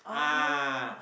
ah